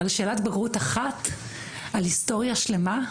אבל שאלת בגרות אחת על היסטוריה שלמה?